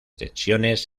tensiones